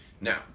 Now